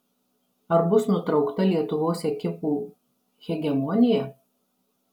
ar bus nutraukta lietuvos ekipų hegemonija